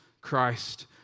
Christ